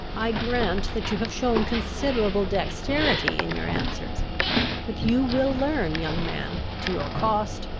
i grant that you have shown considerable dexterity in your answers but you will learn, young man, to your cost,